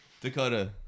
Dakota